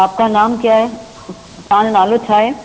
आपका नाम क्या है तव्हां जो नालो छा आहे